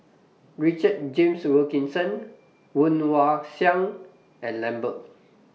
Richard James Wilkinson Woon Wah Siang and Lambert